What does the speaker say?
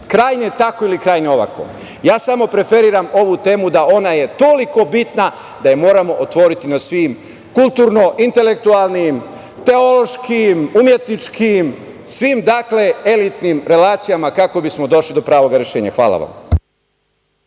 krajnje tako ili krajnje ovako. Ja samo preferiram ovu temu da je ona toliko bitna da je moramo otvoriti na svim kulturno, intelektualnim, teološkim, umetničkim, svim elitnim relacijama kako bismo došli do pravog rešenja. Hvala vam.